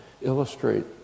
illustrate